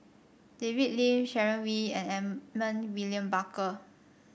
David Lim Sharon Wee and Edmund William Barker